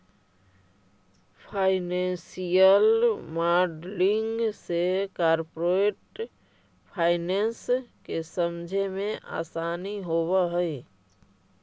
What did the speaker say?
financial modelling से corporate finance के समझे मेंअसानी होवऽ हई